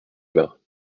bains